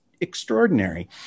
extraordinary